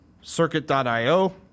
circuit.io